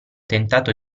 tentato